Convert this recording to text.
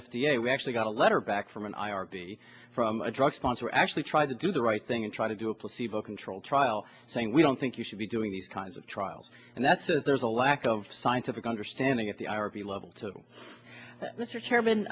a we actually got a letter back from an i r b from a drug sponsor actually tried to do the right thing and try to do a placebo controlled trial saying we don't think you should be doing these kinds of trials and that's there's a lack of scientific understanding at the i r b level to mr